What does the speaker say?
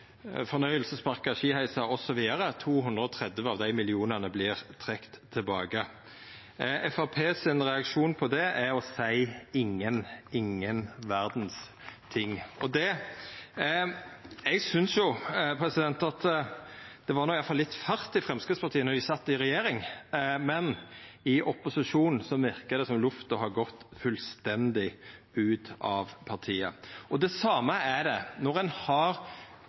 fornøyelsesparkar, skiheisar osv., 230 av dei millionane vert trekte tilbake. Framstegspartiet sin reaksjon på det er å seia ingen, ingen ting. Eg synest at det iallfall var litt fart i Framstegspartiet då dei sat i regjering, men i opposisjon verkar det som om lufta har gått fullstendig ut av partiet. Det er det same når ein har